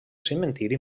cementiri